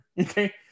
Okay